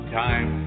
time